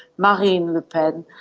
marine le pen.